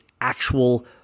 actual